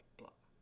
blah